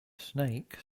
snake